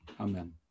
Amen